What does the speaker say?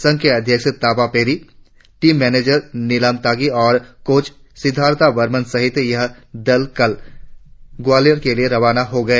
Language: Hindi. संघ के अध्यक्ष ताबा पेरी टीम मेनेजर निलाम तागि और कोच सिद्धारता बर्मन सहित यह दल कल स्वालियार के लिए रवाना हो गए